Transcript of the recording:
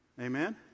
amen